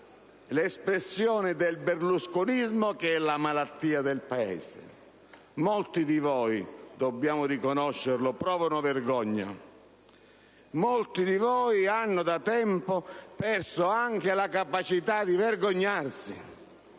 l'espressione del berlusconismo, che è la malattia del Paese. Molti di voi, dobbiamo riconoscerlo, provano vergogna. Molti di voi hanno da tempo perso anche la capacità di vergognarsi.